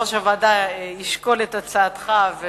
יושב-ראש הוועדה ישקול את הצעתך.